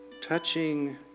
touching